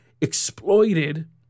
exploited